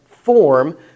Form